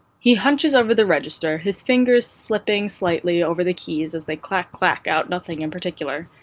he hunches over the register, his fingers slipping slightly over the keys as they clack-clack out nothing in particular.